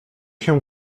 się